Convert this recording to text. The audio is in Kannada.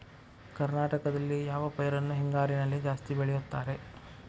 ಕರ್ನಾಟಕದಲ್ಲಿ ಯಾವ ಪೈರನ್ನು ಹಿಂಗಾರಿನಲ್ಲಿ ಜಾಸ್ತಿ ಬೆಳೆಯುತ್ತಾರೆ?